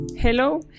Hello